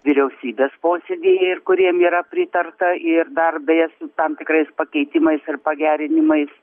vyriausybės posėdyje ir kuriem yra pritarta ir dar beje su tam tikrais pakeitimais ir pagerinimais